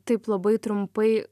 taip labai trumpai